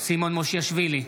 סימון מושיאשוילי,